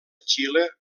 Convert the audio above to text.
xile